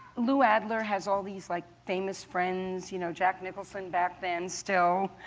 lou adler has all these like famous friends you know jack nicholson, back then, still.